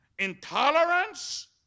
Intolerance